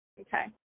Okay